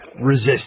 resist